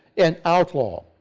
an outlaw,